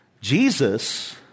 Jesus